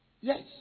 Yes